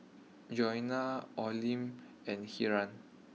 Jeanna Olene and Hiram